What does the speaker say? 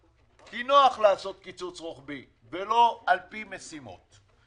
כי נוח לעשות קיצוץ רוחבי ולא על פי משימות.